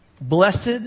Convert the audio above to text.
Blessed